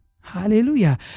Hallelujah